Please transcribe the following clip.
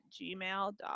gmail.com